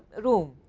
room.